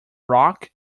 rock